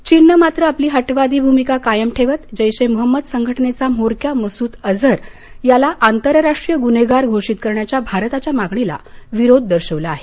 चीनने मात्र आपली हटवादी भूमिका कायम ठेवत जैश ए मुहम्मद संघटनेचा म्होरक्या मसूद अझर याला आंतरराष्ट्रीय गुन्हेगार घोषित करण्याच्या भारताच्या मागणीला विरोध दर्शवला आहे